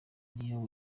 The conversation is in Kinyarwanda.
niyo